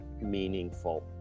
meaningful